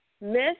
Miss